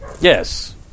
Yes